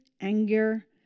anger